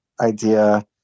idea